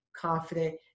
confident